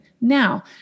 Now